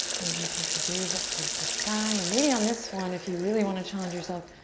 maybe you take the gaze up towards the sky and maybe on this one if you really wanna challenge yourself,